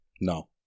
No